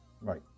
Right